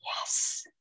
Yes